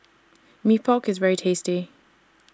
Mee Pok IS very tasty